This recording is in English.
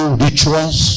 rituals